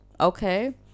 okay